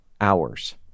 hours